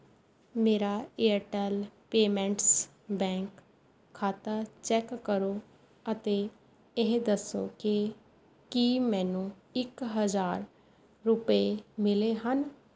ਮੇਰਾ Airtel payments bank ਖਾਤਾ check ਕਰੋ ਅਤੇ ਇਹ ਦੱਸੋ ਕਿ ਕੀ ਮੈਨੂੰ ਇੱਕ ਹਜ਼ਾਰ ਰੁਪਏ ਮਿਲੇ ਹਨ